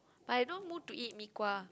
but I no mood to eat mee-kuah